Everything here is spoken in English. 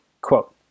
quote